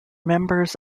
members